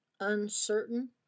uncertain